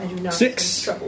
Six